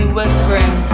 Whispering